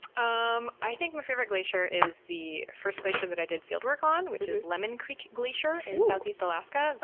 um i think my favorite glacier is the first glacier that i did fieldwork on, which his lemon creek glacier in southeast alaska.